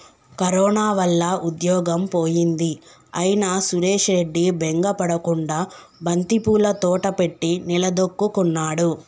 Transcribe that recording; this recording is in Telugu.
కరోనా వల్ల ఉద్యోగం పోయింది అయినా సురేష్ రెడ్డి బెంగ పడకుండా బంతిపూల తోట పెట్టి నిలదొక్కుకున్నాడు